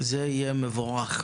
זה יהיה מבורך.